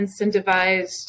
incentivized